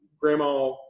grandma